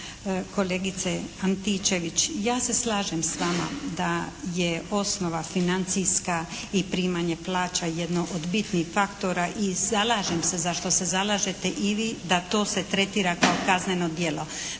kolegice Antičević! Ja se slažem s vama da je osnova financijska i primanje plaća jedno od bitnih faktora i zalažem se za što se zalažete i vi, da to se tretira kao kazneno djelo.